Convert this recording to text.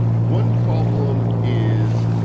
one problem is